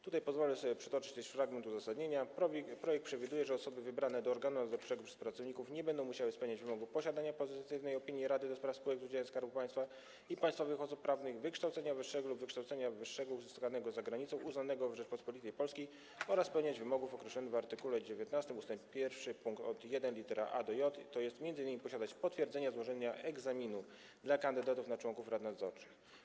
Tutaj pozwolę sobie przytoczyć jeszcze fragment uzasadnienia: Projekt przewiduje, że osoby wybrane do organu nadzorczego przez pracowników nie będą musiały spełniać wymogów posiadania pozytywnej opinii Rady do spraw spółek z udziałem Skarbu Państwa i państwowych osób prawnych, wykształcenia wyższego lub wykształcenia wyższego uzyskanego za granicą uznanego w Rzeczypospolitej Polskiej oraz spełniać wymogów określonych w art. 19 ust. 1 pkt 1 lit. a-j, t.j. m.in. posiadać potwierdzenie złożenia egzaminu dla kandydatów na członków rad nadzorczych.